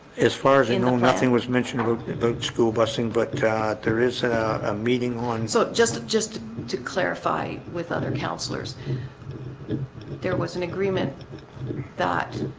as far as they know nothing was mentioned about school busing but there is a meeting one so just just to clarify with other councillors there was an agreement that